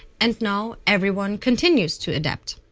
and now everyone continues to adapt.